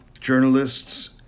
journalists